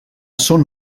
són